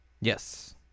yes